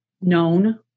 known